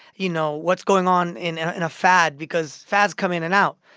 you know, what's going on in ah in a fad because fads come in and out.